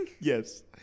Yes